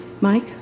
Mike